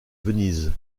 venise